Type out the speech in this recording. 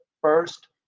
first